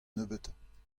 nebeutañ